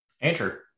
Andrew